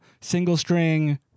single-string